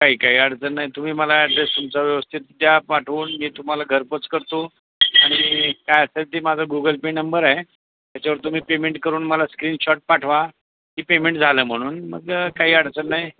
काही काही अडचण नाही तुम्ही मला ॲड्रेस तुमचा व्यवस्थित त्या पाठवून मी तुमा्हाला घरपोच करतो आणि काय अस ते माझं गुगल पे नंबर आहे त्याच्यावर तुम्ही पेमेंट करून मला स्क्रीनशॉट पाठवा की पेमेंट झालं म्हणून मग काही अडचण नाही